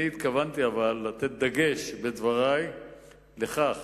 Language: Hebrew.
אבל אני התכוונתי לתת דגש בדברי לכך